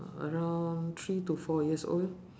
around three to four years old